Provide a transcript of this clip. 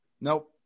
nope